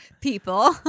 people